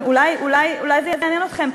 אולי זה יעניין אתכם,